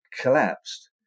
collapsed